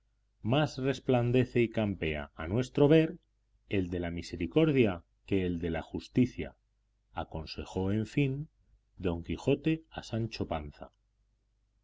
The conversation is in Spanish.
más resplandece y campea a nuestro ver el de la misericordia que el de la justicia aconsejó en fin don quijote a sancho panza